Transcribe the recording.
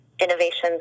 innovations